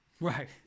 Right